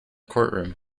courtroom